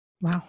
Wow